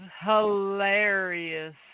hilarious